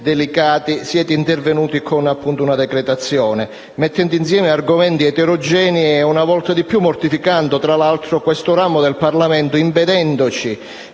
delicati, siate intervenuti con la decretazione d'urgenza, mettendo insieme elementi eterogenei e una volta di più mortificando questo ramo del Parlamento, impedendoci,